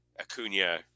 Acuna